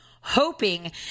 hoping